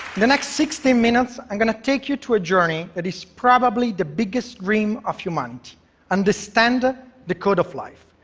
the next sixteen minutes, i'm going to take you on a journey that is probably the biggest dream of humanity to understand ah the code of life.